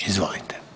Izvolite.